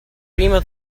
prima